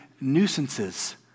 nuisances